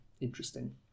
interesting